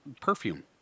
Perfume